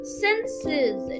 senses